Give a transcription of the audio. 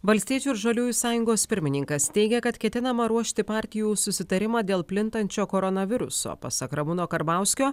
valstiečių ir žaliųjų sąjungos pirmininkas teigia kad ketinama ruošti partijų susitarimą dėl plintančio koronaviruso pasak ramūno karbauskio